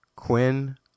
Quinn